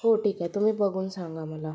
हो ठीक आहे तुम्ही बघून सांगा मला